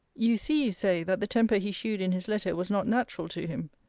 you see, you say, that the temper he shewed in his letter was not natural to him.